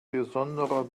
besonderer